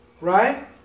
Right